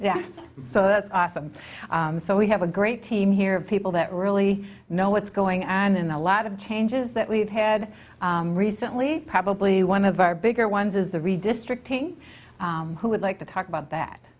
yeah so that's awesome so we have a great team here of people that really know what's going on in the a lot of changes that we've had recently probably one of our bigger ones is the redistricting who would like to talk about that